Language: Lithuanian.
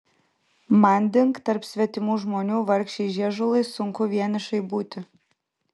manding tarp svetimų žmonių vargšei žiežulai sunku vienišai būti